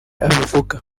abivuga